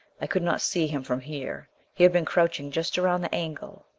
i could not see him from here he had been crouching just around the angle.